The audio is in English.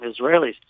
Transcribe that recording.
Israelis